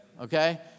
Okay